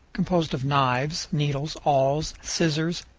composed of knives, needles, awls, scissors,